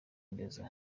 indezo